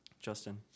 Justin